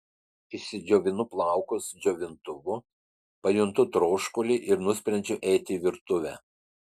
išsidžiovinu plaukus džiovintuvu pajuntu troškulį ir nusprendžiu eiti į virtuvę